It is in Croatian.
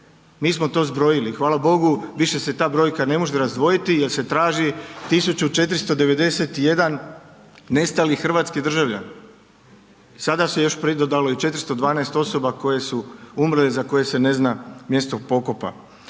Mi smo to zbrojili i hvala Bogu, više se ta brojka ne može razdvojiti jer se traži 1491 nestali hrvatski državljanin. Sada se još pridodalo i 412 osobe koje su umrle i za koje se ne zna mjesto pokopa.